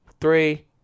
three